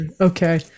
Okay